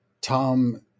Tom